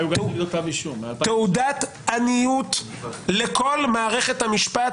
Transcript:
מתי הוגש נגדו כתב אישום --- תעודת עניות לכל מערכת המשפט,